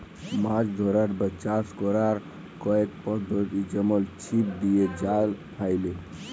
মাছ ধ্যরার বা চাষ ক্যরার কয়েক পদ্ধতি যেমল ছিপ দিঁয়ে, জাল ফ্যাইলে